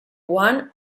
one